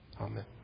Amen